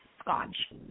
scotch